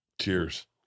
cheers